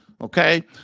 Okay